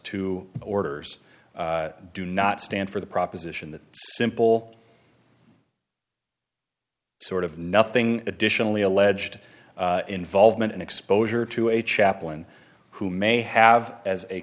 two orders do not stand for the proposition that simple sort of nothing additionally alleged involvement an exposure to a chaplain who may have as a